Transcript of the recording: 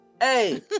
hey